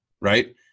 right